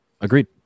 Agreed